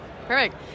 Perfect